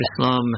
Islam